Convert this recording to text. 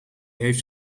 heeft